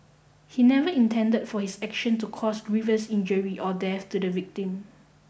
he never intended for his action to cause grievous injury or death to the victim